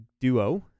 duo